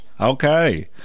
Okay